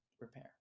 repair